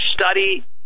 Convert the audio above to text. study